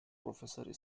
professor